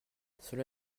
cela